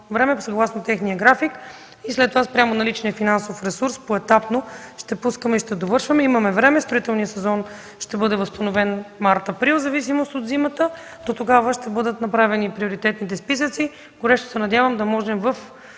време съгласно техния график. След това спрямо наличния финансов ресурс поетапно ще пускаме и ще довършваме. Имаме време. Строителният сезон ще бъде възстановен март-април в зависимост от зимата. Дотогава ще бъдат направени приоритетните списъци. Горещо се надявам да можем в